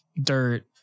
dirt